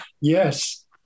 Yes